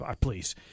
Please